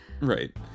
right